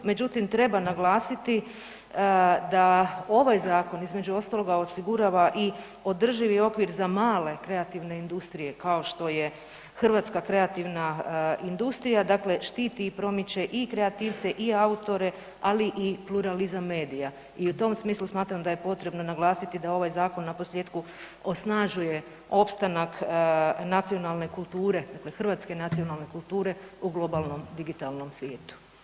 Međutim, treba naglasiti da ovaj zakon između ostaloga osigurava i održivi okvir za male kreativne industrije kao što je Hrvatska kreativna industrija, dakle štiti i promiče i kreativce i autore, ali i pluralizam medija i u tom smislu smatram da je potrebno naglasiti da ovaj zakon naposljetku osnažuje opstanak nacionalne kulture, dakle hrvatske nacionalne kulture u globalnom digitalnom svijetu.